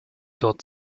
dort